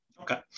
Okay